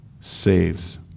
saves